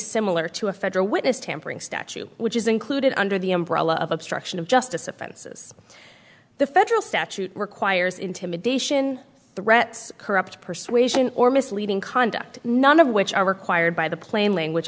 similar to a federal witness tampering statute which is included under the umbrella of obstruction of justice offense the federal statute requires intimidation threats corrupt persuasion or misleading conduct none of which are required by the plain language